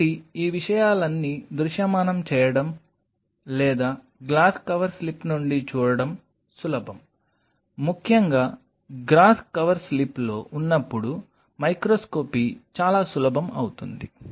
కాబట్టి ఈ విషయాలన్నీ దృశ్యమానం చేయడం లేదా గ్లాస్ కవర్ స్లిప్ నుండి చూడటం సులభం ముఖ్యంగా గ్రాస్ కవర్ స్లిప్లో ఉన్నప్పుడు మైక్రోస్కోపీ చాలా సులభం అవుతుంది